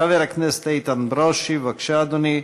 חבר הכנסת איתן ברושי, בבקשה, אדוני.